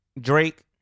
Drake